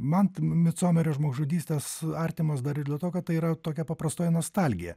man micomerio žmogžudystės artimos dar ir dėl to kad tai yra tokia paprastoji nostalgija